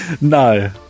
No